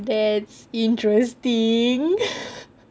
that's interesting